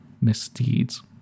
misdeeds